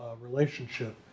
relationship